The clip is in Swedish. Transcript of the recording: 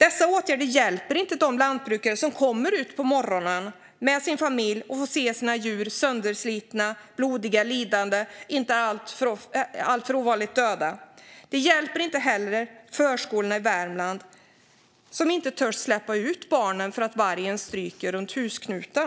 Dessa åtgärder hjälper inte de lantbrukare som kommer ut på morgonen med familjen och får se sina djur sönderslitna, blodiga, lidande och, vilket inte är alltför ovanligt, döda. Det hjälper inte heller förskolorna i Värmland som inte törs släppa ut barnen för att vargen stryker runt husknuten.